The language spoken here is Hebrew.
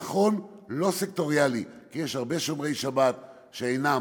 נכון, לא סקטוריאלי, כי יש הרבה שומרי שבת שאינם